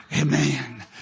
Amen